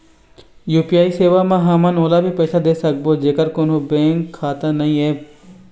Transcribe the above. UPI सेवा म हमन ओला भी पैसा दे सकबो जेकर कोन्हो बैंक खाता नई ऐप?